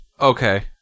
okay